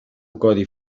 codi